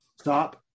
stop